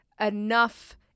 enough